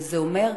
וזה אומר,